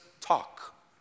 talk